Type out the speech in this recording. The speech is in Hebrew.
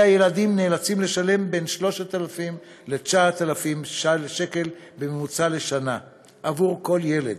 הילדים נאלצים לשלם בין 3,000 ל-9,000 שקל לשנה עבור כל ילד.